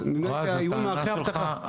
ייעול מערכי אבטחה --- רז,